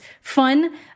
fun